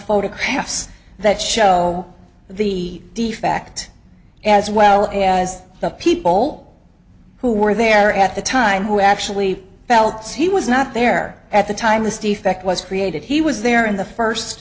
photographs that show the defect as well as the people who were there at the time who actually felt he was not there at the time this defect was created he was there in the first